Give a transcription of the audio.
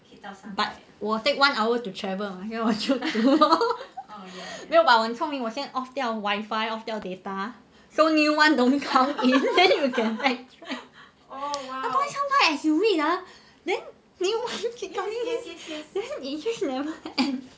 but 我 take one hour to travel then 我就读 lor 没有 but 我很聪明我先 off wifi off data so new one don't count in then you can backtrack because sometimes as you read ah then 你又忘记 story then it 就是 never end